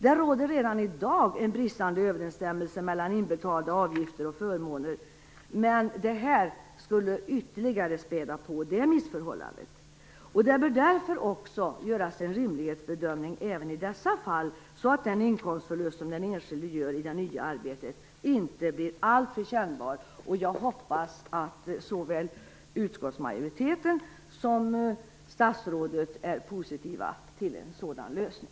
Det råder redan en bristande överensstämmelse mellan inbetalda avgifter och förmåner, men det här skulle späda på det missförhållandet ytterligare. Det bör därför göras en rimlighetsbedömning även i dessa fall, så att den inkomstförlust som den enskilde gör i det nya arbetet inte blir alltför kännbar. Jag hoppas att såväl utskottsmajoriteten som statsrådet är positiva till en sådan lösning.